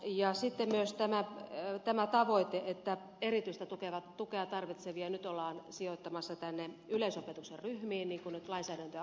sitten on myös tämä tavoite että erityistä tukea tarvitsevia nyt ollaan sijoittamassa yleisopetuksen ryhmiin kun lainsäädäntöä uudistetaan